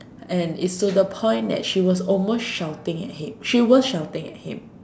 and it's to the point that she was almost shouting at him she was shouting at him